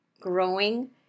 growing